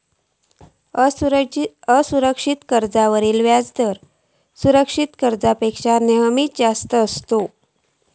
असुरक्षित कर्जावरलो व्याजदर सुरक्षित कर्जापेक्षा नेहमीच जास्त असता